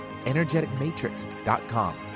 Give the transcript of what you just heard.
energeticmatrix.com